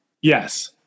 Yes